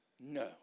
no